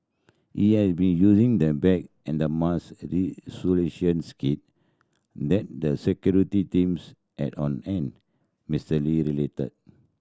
he had been using the bag and a mask kit that the security teams had on hand Mister Lee related